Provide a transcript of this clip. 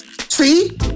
see